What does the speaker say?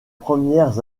premières